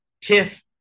tiff